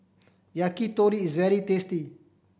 yakitori is very tasty